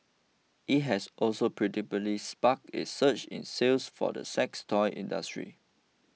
it has also predictably sparked a surge in sales for the sex toy industry